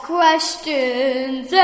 questions